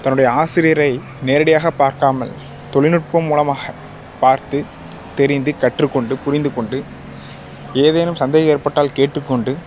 தன்னுடைய ஆசிரியரை நேரடியாக பார்க்காமல் தொழில்நுட்பம் மூலமாகப் பார்த்துத் தெரிந்துக் கற்றுக்கொண்டு புரிந்துக் கொண்டு ஏதேனும் சந்தேகம் ஏற்பட்டால் கேட்டுக் கொண்டு